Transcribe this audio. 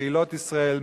קהילות ישראל,